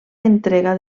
entrega